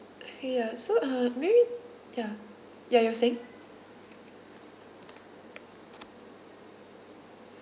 ya so uh maybe ya ya you're saying